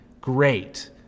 Great